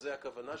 זו הכוונה שלי.